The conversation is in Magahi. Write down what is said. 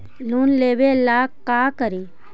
लोन लेबे ला का करि?